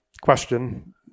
question